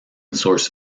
source